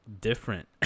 different